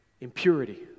impurity